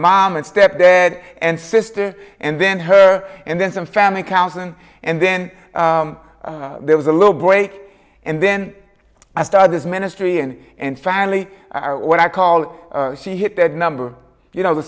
mom and stepdad and sister and then her and then some family counseling and then there was a little break and then i started this ministry and and finally what i called she hit that number you know the